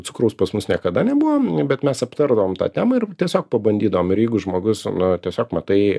cukraus pas mus niekada nebuvo bet mes aptardavom tą temą ir tiesiog pabandydavom ir jeigu žmogus na tiesiog matai